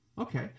Okay